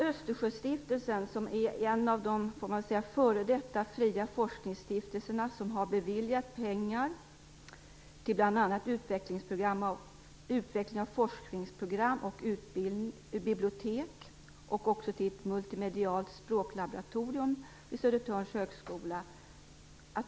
Östersjöstiftelsen - en av de f.d. fria forskningsstiftelserna - har beviljat pengar till bl.a. utveckling av forskningsprogram och bibliotek och till ett multimedialt språklaboratorium vid Södertörns högskola.